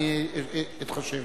אני לא חושב